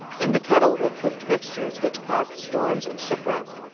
in the kettle were cooked mixtures which caused storms and shipwrecks,